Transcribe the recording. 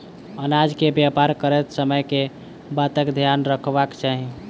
अनाज केँ व्यापार करैत समय केँ बातक ध्यान रखबाक चाहि?